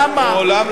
למה?